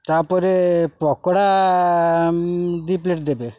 ତା'ପରେ ପକୋଡ଼ା ଦୁଇ ପ୍ଲେଟ୍ ଦେବେ